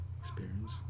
experience